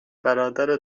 برادر